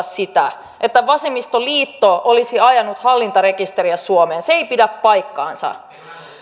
sitä että vasemmistoliitto olisi ajanut hallintarekisteriä suomeen se ei pidä paikkaansa